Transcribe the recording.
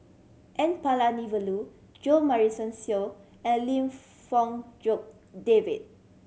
N Palanivelu Jo Marion Seow and Lim Fong Jock David